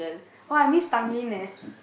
oh I miss Tanglin eh